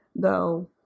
go